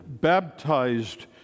baptized